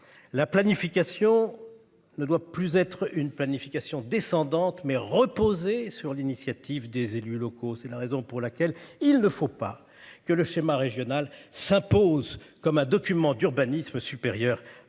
La planification. Ne doit plus être une planification descendante mais reposé sur l'initiative des élus locaux. C'est la raison pour laquelle il ne faut pas que le schéma régional s'impose comme un document d'urbanisme supérieur à tous les